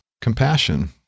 compassion